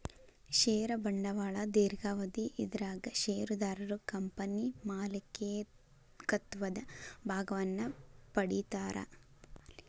ಷೇರ ಬಂಡವಾಳ ದೇರ್ಘಾವಧಿ ಇದರಾಗ ಷೇರುದಾರರು ಕಂಪನಿ ಮಾಲೇಕತ್ವದ ಭಾಗವನ್ನ ಪಡಿತಾರಾ